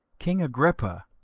king agrippa,